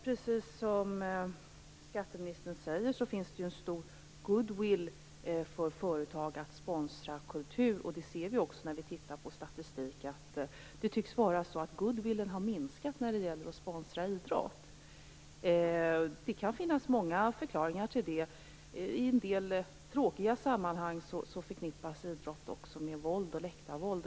Precis som skatteministern säger, finns det en stor goodwill för företag när det gäller att sponsra kultur. Det ser vi också när vi tittar på statistik. Goodwillen tycks ha minskat när det gäller att sponsra idrott. Det kan finnas många förklaringar till det. I en del tråkiga sammanhang förknippas idrott med våld, läktarvåld.